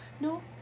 no